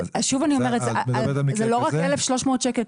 שוב אני אומרת שזה לא רק 1,300 שקלים.